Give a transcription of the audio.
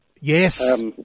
Yes